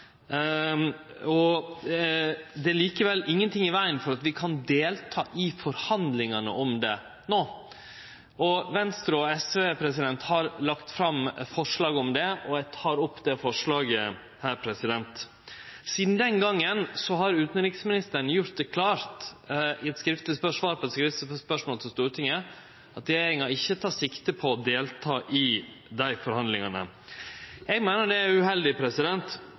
generalforsamlinga. Det er likevel ingenting i vegen for at vi kan delta i forhandlingane om det no. Venstre og SV har sett fram forslag om det, og eg tek opp det forslaget. Sidan den gongen har utanriksministeren gjort det klart i svar på eit skriftleg spørsmål frå Stortinget at regjeringa ikkje tek sikte på å delta i dei forhandlingane. Eg meiner at det er uheldig.